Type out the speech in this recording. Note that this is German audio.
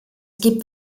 gibt